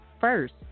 first